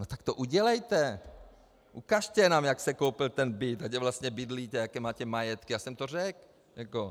No tak to udělejte, ukažte nám, jak jste koupil ten byt a kde vlastně bydlíte, jaké máte majetky, já jsem to řekl jako.